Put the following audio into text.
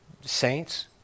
saints